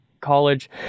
college